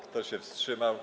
Kto się wstrzymał?